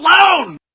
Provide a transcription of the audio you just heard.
alone